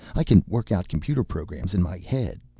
i can work out computer programs in my head,